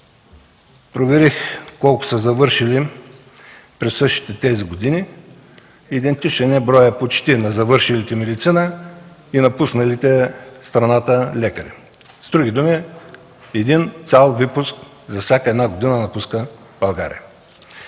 проверих колко са завършилите през същите тези години. Почти идентичен е броят на завършилите медицина и напусналите страната лекари. С други думи, цял випуск за всяка една година напуска България,